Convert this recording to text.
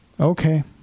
okay